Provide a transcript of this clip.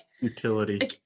Utility